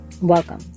welcome